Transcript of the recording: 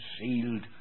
sealed